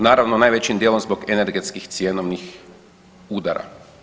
Naravno najvećim dijelom zbog energetskih cjenovnih udara.